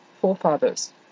forefathers